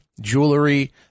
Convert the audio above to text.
jewelry